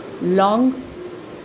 long